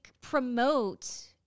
promote